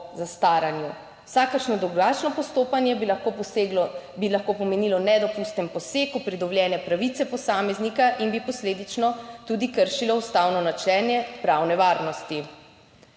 postopanje bi lahko poseglo, bi lahko pomenilo nedopusten poseg v pridobljene pravice posameznika in bi posledično tudi kršilo ustavno načelo pravne varnosti.